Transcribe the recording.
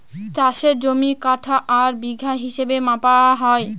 চাষের জমি কাঠা আর বিঘা হিসাবে মাপা হয়